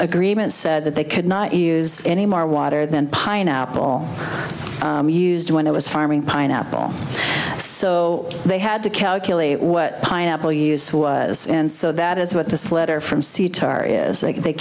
agreement said that they could not use any more water than pineapple used when it was farming pineapple so they had to calculate what pineapple use was and so that is what this letter from c tar is that they